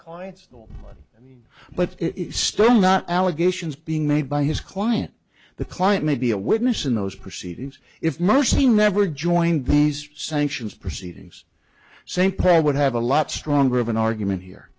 clients but it's still not allegations being made by his client the client may be a witness in those proceedings if mercy never joined these sanctions proceedings same pay would have a lot stronger of an argument here